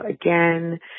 again